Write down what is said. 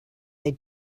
they